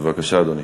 בבקשה, אדוני.